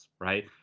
Right